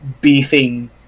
beefing